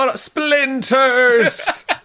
Splinters